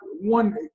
one